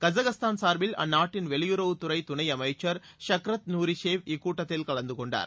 Kazakhstan சார்பில் அந்நாட்டின் வெளியுறவுத் துறை துணை அமைச்சர் ஷக்ரத் நூரிஷேவ் இக்கூட்டத்தில் கலந்து கொண்டார்